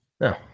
No